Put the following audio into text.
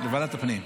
לוועדת הפנים.